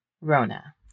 Rona